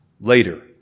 later